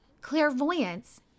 clairvoyance